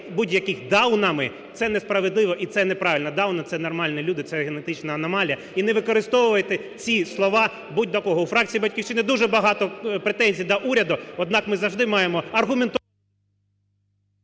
будь-яких даунами – це несправедливо і це неправильно. Дауни – це нормальні люди, це генетична аномалія. І не використовуйте ці слова будь до кого. У фракції "Батьківщина" дуже багато претензій до уряду, однак ми завжди маємо… ГОЛОВУЮЧИЙ.